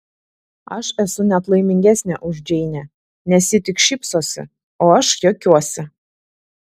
aš esu net laimingesnė už džeinę nes ji tik šypsosi o aš juokiuosi